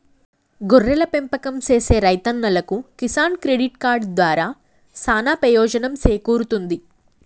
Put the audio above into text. గొర్రెల పెంపకం సేసే రైతన్నలకు కిసాన్ క్రెడిట్ కార్డు దారా సానా పెయోజనం సేకూరుతుంది